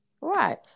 right